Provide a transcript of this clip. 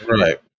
Right